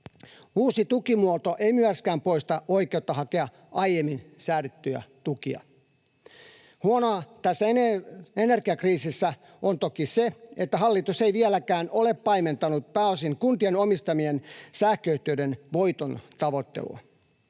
Uusi tukimuoto ei myöskään poista oikeutta hakea aiemmin säädettyjä tukia. Huonoa tässä energiakriisissä on toki se, että hallitus ei vieläkään ole paimentanut pääosin kuntien omistamien sähköyhtiöiden voitontavoittelua.